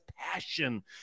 passion